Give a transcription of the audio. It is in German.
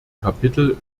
kapitel